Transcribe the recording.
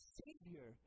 savior